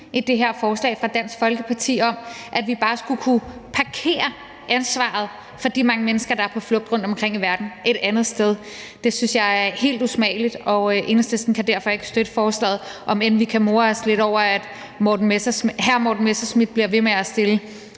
i det her forslag fra Dansk Folkeparti om, at man bare skulle kunne parkere ansvaret for de mange mennesker, der er på flugt rundtomkring i verden, et andet sted. Det synes jeg er helt usmageligt, og Enhedslisten kan derfor ikke støtte forslaget, om end vi kan more os lidt over, at hr. Morten Messerschmidt bliver ved med at stille